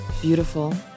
beautiful